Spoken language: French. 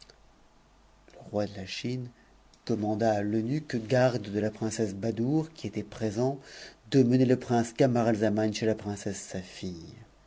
le roi de la chine commanda à l'eunuque garde de la princesse i tdoure qui était présent de mener le prince camaralzaman chez la priecesse sa